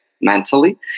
mentally